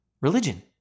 religion